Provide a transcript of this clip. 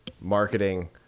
Marketing